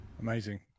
Amazing